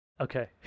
Okay